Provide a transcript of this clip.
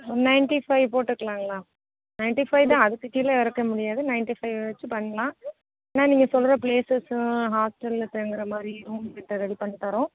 ஒரு ninety five போட்டுக்கலாங்களா ninety five தான் அதுக்கு கீழே இறக்க முடியாது நைன்ட்டி ஃபைவ் வச்சு பண்ணலாம் ஆனால் நீங்கள் சொல்லுற பிளேசஸும் ஹாஸ்டலில் தங்குகிற மாதிரி ரூம் கிட்டே ரெடி பண்ணித்தறோம்